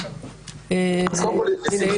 לשמחתי,